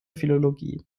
philologie